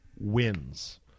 wins